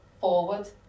forward